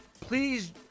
Please